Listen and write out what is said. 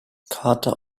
carter